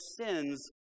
sins